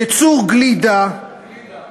ייצור גלידה, גלידה.